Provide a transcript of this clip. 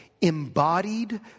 embodied